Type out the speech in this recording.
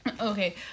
Okay